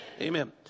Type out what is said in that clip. Amen